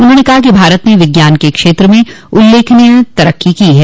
उन्होंने कहा कि भारत ने विज्ञान के क्षेत्र में उल्लेखनीय तरक्को की है